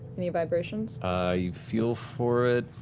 any vibrations you feel for it.